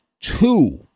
two